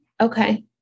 Okay